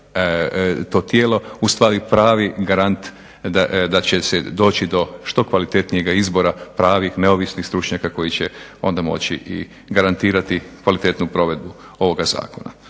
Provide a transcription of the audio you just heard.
to tijelo ustvari pravi garant da će se doći do što kvalitetnijega izbora pravih, neovisnih stručnjaka koji će onda moći i garantirati kvalitetnu provedbu ovoga zakona.